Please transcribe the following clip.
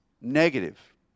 negative